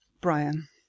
Brian